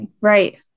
right